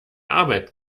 arbeit